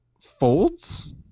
folds